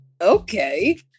Okay